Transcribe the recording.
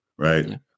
Right